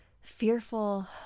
fearful